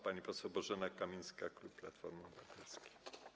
Pani poseł Bożena Kamińska, klub Platforma Obywatelska.